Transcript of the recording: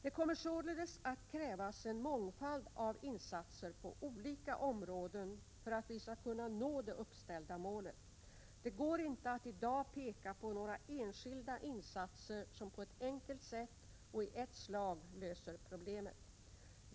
Det kommer således att krävas en mångfald av insatser på olika områden för att vi skall kunna nå det uppställda målet. Det går inte att i dag peka på några enskilda insatser som på ett enkelt sätt och i ett slag löser problemet.